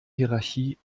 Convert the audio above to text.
hierarchie